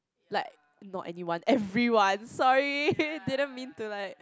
like not anyone everyone sorry didn't mean to like